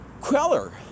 queller